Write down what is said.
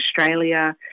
Australia